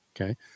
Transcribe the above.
okay